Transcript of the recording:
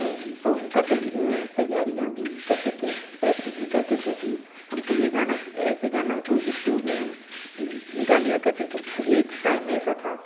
song का तैयारियाँ भी करते थे प्रैक्टिस भी करते थे कि हमको यह गाना ऐसे गाना है तो स्कूल में हम गा लिया करते तो एक टाइम ऐसा